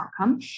outcome